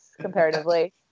comparatively